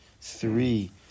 Three